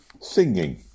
singing